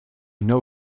know